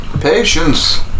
Patience